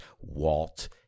Walt